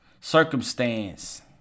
Circumstance